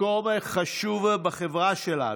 מקום חשוב בחברה שלנו.